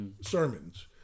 sermons